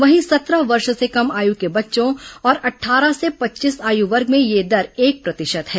वहीं सत्रह वर्ष से कम आयु के बच्चों और अट्टारह से पच्चीस आयु वर्ग में यह दर एक प्रतिशत है